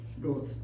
good